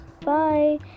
Bye